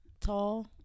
tall